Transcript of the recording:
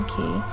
Okay